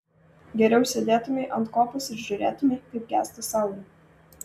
geriau sėdėtumei ant kopos ir žiūrėtumei kaip gęsta saulė